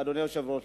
אדוני היושב-ראש,